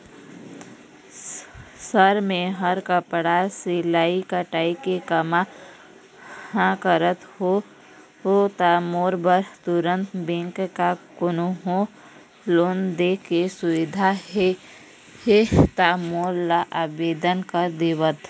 Sir मेहर कपड़ा सिलाई कटाई के कमा करत हों ता मोर बर तुंहर बैंक म कोन्हों लोन दे के सुविधा हे ता मोर ला आवेदन कर देतव?